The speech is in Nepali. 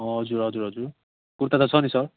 हजुर हजुर हजुर कुर्ता त छ नि सर